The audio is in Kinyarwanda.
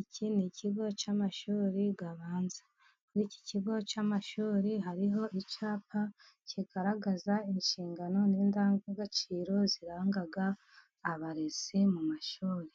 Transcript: Iki ni ikigo cy'amashuri abanza, kuri iki kigo cy'amashuri hariho icypa kigaragaza inshingano n'indangagaciro ziranga abarezi mu mashuri.